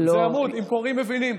אם קוראים, מבינים.